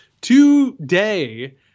today